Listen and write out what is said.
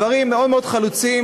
דברים מאוד מאוד חלוציים,